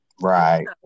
Right